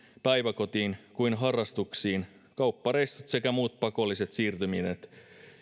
päiväkotiin kuin harrastuksiin kauppareissut sekä muut pakolliset siirtymiset